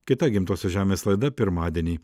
kita gimtosios žemės laida pirmadienį